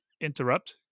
interrupt